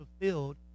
fulfilled